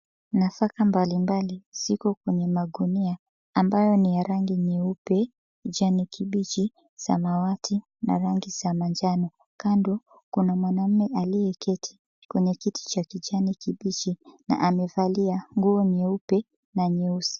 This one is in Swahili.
Nafaka mbalimbali ziko kwenye magunia ambayo ni ya rangi nyeupe, kijani kibichi, samawati na rangi za manjano. Kando kuna mwanaume aliyeketi kwenye kiti cha kijani kibichi na amevalia nguo nyeupe na nyeusi.